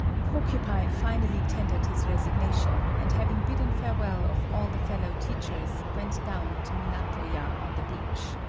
porcupine finally tendered his resignation, and having bidden farewell of all the fellow teachers, went down to minato-ya on the beach.